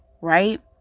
Right